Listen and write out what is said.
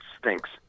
stinks